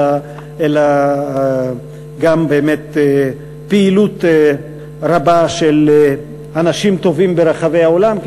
אלא יש גם פעילות רבה של אנשים טובים ברחבי העולם,